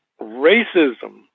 racism